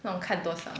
让我看多少